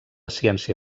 ciència